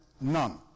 none